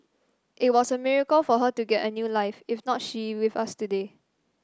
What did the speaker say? it was a miracle for her to get a new life if not she with us today